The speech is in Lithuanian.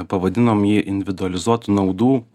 pavadinom jį individualizuotų naudų